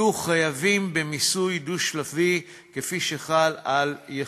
יהיו חייבים במיסוי דו-שלבי כפי שחל על יחיד.